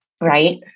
right